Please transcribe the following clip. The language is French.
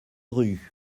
rue